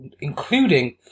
including